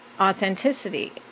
authenticity